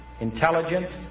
intelligence